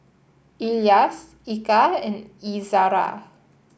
Elyas Eka and Izzara